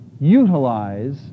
utilize